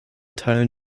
teilen